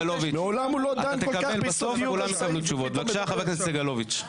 מעולם הוא לא דן כל כך ביסודיות בסעיף ופתאום הוא רוצה.